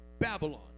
babylon